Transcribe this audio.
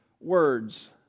words